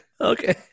Okay